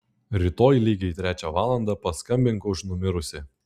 rytoj lygiai trečią valandą paskambink už numirusį